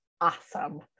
Awesome